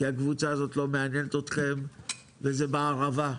הקבוצה הזאת לא מעניינת אותכם וזה בערבה,